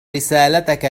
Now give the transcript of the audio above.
رسالتك